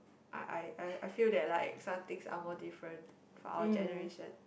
I I I feel that like some things are more different from our generation